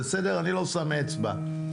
אני לא שם אצבע,